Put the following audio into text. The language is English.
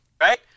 right